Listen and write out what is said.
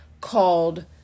called